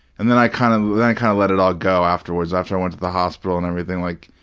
and then i kind of then i kind of let it all go afterwards, after i went to the hospital and everything. like,